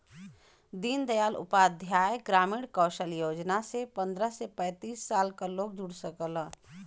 दीन दयाल उपाध्याय ग्रामीण कौशल योजना से पंद्रह से पैतींस साल क लोग जुड़ सकला